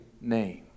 name